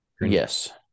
yes